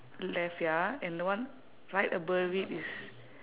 left ya and the one right above it is